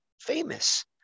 famous